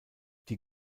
die